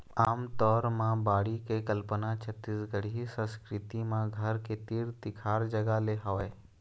आमतौर म बाड़ी के कल्पना छत्तीसगढ़ी संस्कृति म घर के तीर तिखार जगा ले हवय